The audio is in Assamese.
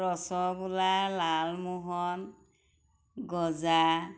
ৰসগোল্লা লালমোহন গজা